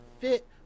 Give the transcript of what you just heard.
fit